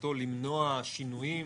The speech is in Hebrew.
שמטרתו למנוע שינויים